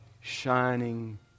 shining